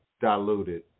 diluted